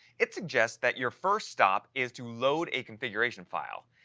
it suggests that your first stop is to load a configuration file.